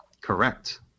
Correct